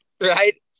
right